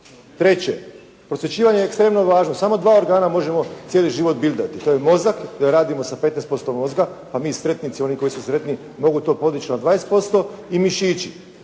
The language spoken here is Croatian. Treće, prosvjećivanje je ekstremno važno, samo dva organa možemo cijeli život bildati, to je mozak jer radimo sa 15% mozga pa mi sretnici, oni koji su sretniji mogu to podići na 20% i mišići.